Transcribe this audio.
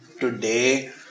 today